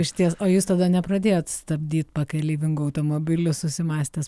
išties o jūs tada nepradėjot stabdyt pakeleivingų automobilių susimąstęs